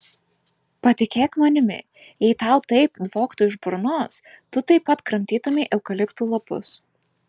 patikėk manimi jei tau taip dvoktų iš burnos tu taip pat kramtytumei eukaliptų lapus